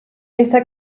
esta